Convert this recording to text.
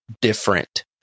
different